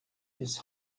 his